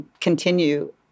continue